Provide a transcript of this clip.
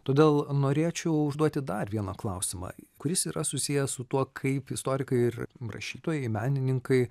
todėl norėčiau užduoti dar vieną klausimą kuris yra susijęs su tuo kaip istorikai ir rašytojai menininkai